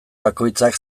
bakoitzak